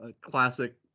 classic